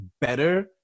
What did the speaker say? better